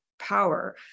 power